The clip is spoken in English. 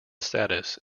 status